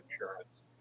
insurance